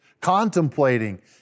contemplating